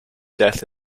death